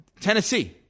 Tennessee